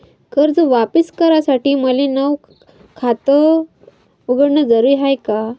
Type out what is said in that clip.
कर्ज वापिस करासाठी मले नव खात उघडन जरुरी हाय का?